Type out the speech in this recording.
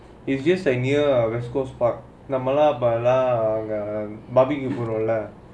it's just like near west coast park நம்மளும் அங்கே:nammalum angae barbeque போடுவோம்லே:poduvoumlae